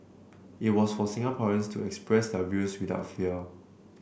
it was for Singaporeans to express their views without fear